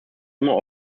immer